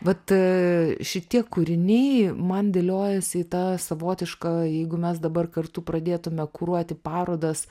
vat šitie kūriniai man dėliojasi į tą savotišką jeigu mes dabar kartu pradėtume kuruoti parodas